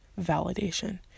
validation